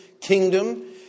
kingdom